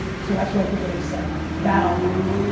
so that's what i think they've set up. that i'll predict.